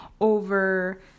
over